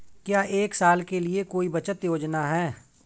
क्या एक साल के लिए कोई बचत योजना है?